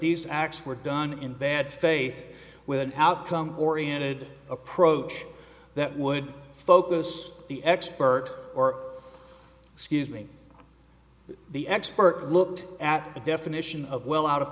these acts were done in bad faith with an outcome oriented approach that would focus the expert or excuse me the expert looked at the definition of well out of